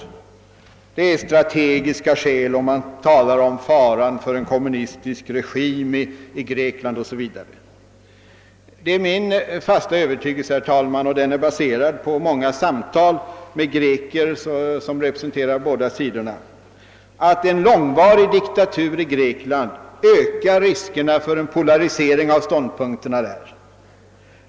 Man hänvisar till strategiska skäl och talar om faran för en kommunistisk regim i Grekland 0. S. Vv. Det är min fasta övertygelse, herr talman, och den är baserad på många samtal med greker som representerar båda sidorna, att en långvarig diktatur i Grekland ökar riskerna för en polarisering av ståndpunkterna i detta land.